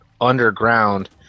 Underground